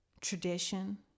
tradition